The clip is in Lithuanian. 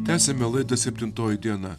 tęsiame laidą septintoji diena